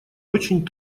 очень